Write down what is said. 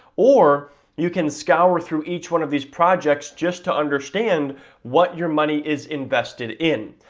or you can scour through each one of these projects just to understand what your money is invested in.